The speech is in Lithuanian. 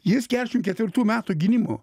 jis keturiasdešim ketvirtų metų gimimo